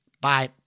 Bye